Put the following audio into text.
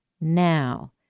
now